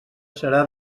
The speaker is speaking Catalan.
serà